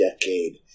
decade